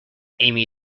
amy